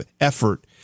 effort